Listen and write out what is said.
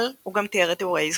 אבל הוא גם תיאר את אירועי זמנו,